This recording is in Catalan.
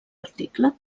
article